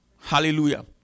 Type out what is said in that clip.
Hallelujah